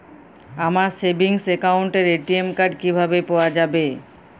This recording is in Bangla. আমার সেভিংস অ্যাকাউন্টের এ.টি.এম কার্ড কিভাবে পাওয়া যাবে?